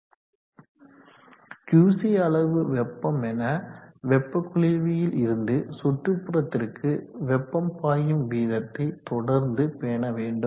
Qc அளவு வெப்பம் என வெப்ப குளிர்வியில் இருந்து சுற்றுபுறத்திற்கு வெப்பம் பாயும் வீதத்தை தொடர்ந்து பேணவேண்டும்